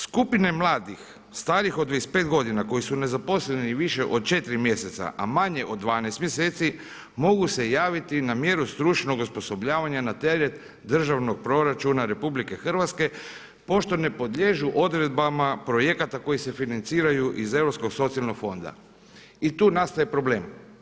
Skupine mladih starijih od 25 godina koji su nezaposleni i više od 4 mjeseca, a manje od 12 mjeseci mogu se javiti na mjeru stručnog osposobljavanja na teret državnog proračuna RH pošto ne podliježu odredbama projekata koji se financiraju iz Europskog socijalnog fonda i tu nastaje problem.